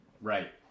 Right